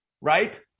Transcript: right